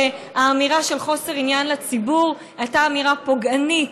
האמירה של חוסר עניין לציבור הייתה אמירה פוגענית,